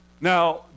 Now